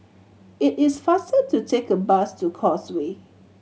it is faster to take a bus to Causeway